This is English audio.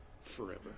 forever